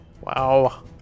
Wow